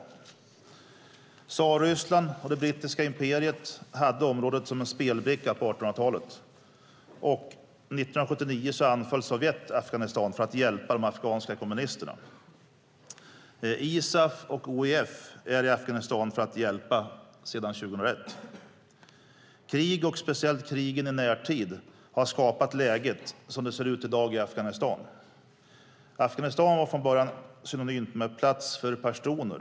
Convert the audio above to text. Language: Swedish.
Tsarryssland och det brittiska imperiet hade området som en spelbricka på 1800-talet, och 1979 anföll Sovjet Afghanistan för att hjälpa de afghanska kommunisterna. ISAF och OEF är i Afghanistan för att hjälpa sedan 2001. Krig och speciellt krigen i närtid har skapat läget som det ser ut i dag i Afghanistan. Afghanistan var från början synonymt med en plats för pashtuner.